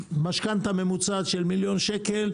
ומשכנתא ממוצעת של מיליון שקל,